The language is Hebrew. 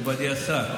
מכובדי השר,